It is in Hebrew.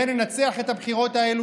וננצח בבחירות האלה.